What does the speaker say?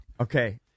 Okay